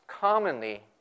commonly